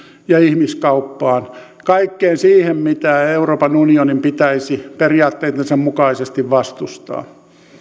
ja ihmiskauppaan kaikkeen siihen mitä euroopan unionin pitäisi periaatteittensa mukaisesti vastustaa